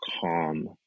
calm